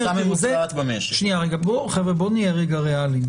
בואו נהיה רגע ריאליים,